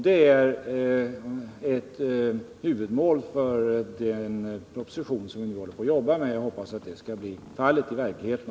Det är ett av huvudmålen i den proposition som vi nu håller på att arbeta med, och jag hoppas att det målet skall kunna nås.